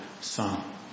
son